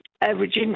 average